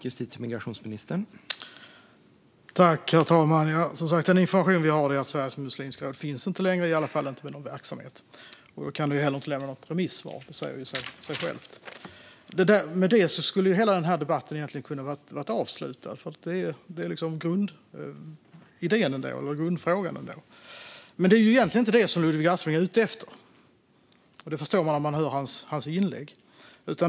Herr talman! Den information vi har är att Sveriges muslimska råd inte längre finns, i alla fall inte med någon verksamhet, och man kan då självfallet inte lämna något remissvar. I och med det skulle denna debatt kunna vara avslutad, för det var grundfrågan. Men Ludvig Aspling är ute efter något annat, vilket man förstår av hans inlägg.